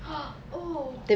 oh